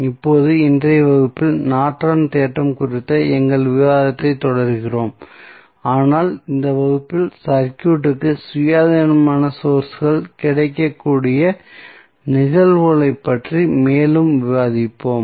இப்போது இன்றைய வகுப்பில் நார்டனின் தேற்றம் குறித்த எங்கள் விவாதத்தைத் தொடர்கிறோம் ஆனால் இந்த வகுப்பில் சர்க்யூட்க்கு சுயாதீனமான சோர்ஸ்கள் கிடைக்கக்கூடிய நிகழ்வுகளைப் பற்றி மேலும் விவாதிப்போம்